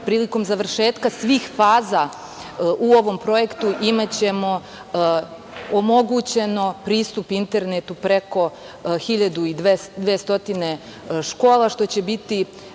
prilikom završetka svih faza u ovom projektu, imaćemo omogućen pristup internetu preko 1.200 škola, što će biti